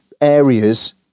areas